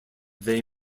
they